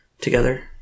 together